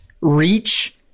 reach